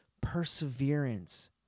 perseverance